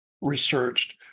researched